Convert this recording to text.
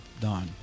done